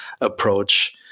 approach